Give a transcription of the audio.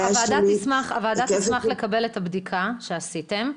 הוועדה תשמח לקבל את הבדיקה שעשיתם,